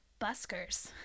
buskers